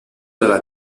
della